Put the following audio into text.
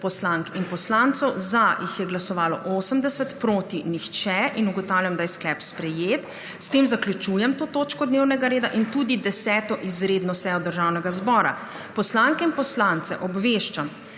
proti nihče. (Za je glasovalo 80.) (Proti nihče.) Ugotavljam, da je sklep sprejet. S tem zaključujem to točko dnevnega reda in tudi 10. izredno sejo Državnega zbora. Poslanke in poslance obveščam,